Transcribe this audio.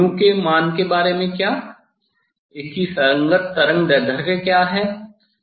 यहाँ पर के मान के बारे में क्या इस की संगत तरंगदैर्ध्य क्या है